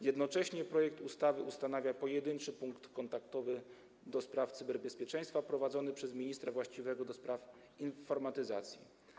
Jednocześnie projekt ustawy ustanawia Pojedynczy Punkt Kontaktowy do spraw cyberbezpieczeństwa prowadzony przez ministra właściwego do spraw informatyzacji.